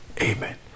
amen